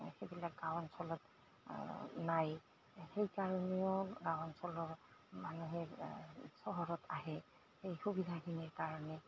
সেইবিলাক গাঁও অঞ্চলত নাই সেইকাৰণেও গাঁও অঞ্চলৰ মানুহে চহৰত আহে সেই সুবিধাখিনিৰ কাৰণে